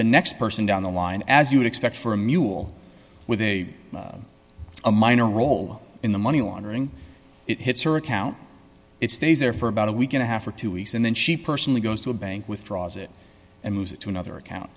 the next person down the line as you would expect for a mule with a a minor role in the money laundering it hits her account it stays there for about a week and a half or two weeks and then she personally goes to a bank withdraws it and moves to another account